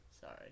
Sorry